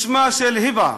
בשמה של היבה,